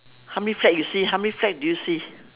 how many flag you see how many flag do you see